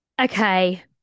Okay